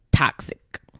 Toxic